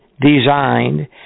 designed